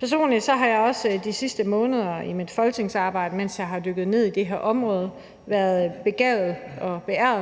Personligt har jeg også de sidste par måneder i mit folketingsarbejde, mens jeg har dykket ned i det her område, haft den ære at været begavet